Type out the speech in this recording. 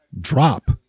drop